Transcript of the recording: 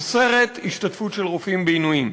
אוסרת השתתפות של רופאים בעינויים.